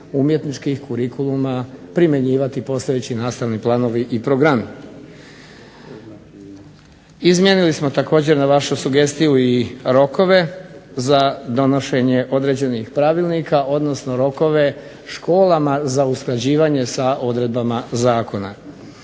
umjetničkih kurikuluma primjenjivati postojeći nastavni planovi i programi. Izmijenili smo također na vašu sugestiju i rokove za donošenje određenih pravilnika, odnosno rokove školama za usklađivanje s odredbama zakona.